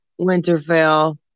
Winterfell